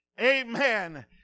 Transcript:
Amen